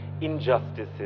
injustices